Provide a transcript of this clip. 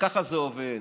וככה זה עובד.